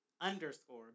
underscore